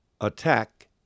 attack